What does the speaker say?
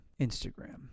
Instagram